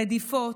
רדיפות,